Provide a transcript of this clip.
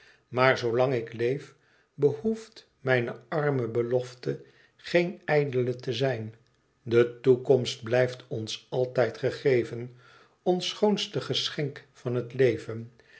maar zoo lang ik leef behoeft mijne arme belofte er geene ijdele te zijn de toekomst blijft ons altijd gegeven ons schoonste geschenk van het leven